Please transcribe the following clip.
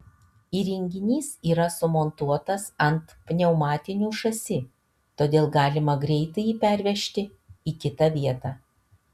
įrenginys yra sumontuotas ant pneumatinių šasi todėl galima greitai jį pervežti į kitą vietą